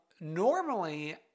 Normally